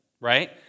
right